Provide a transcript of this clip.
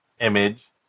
image